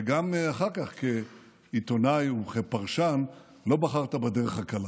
גם אחר כך, כעיתונאי וכפרשן, לא בחרת בדרך הקלה,